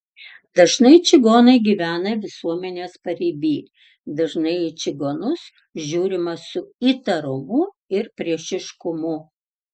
dažnai čigonai gyvena visuomenės pariby dažnai į čigonus žiūrima su įtarumu ir priešiškumu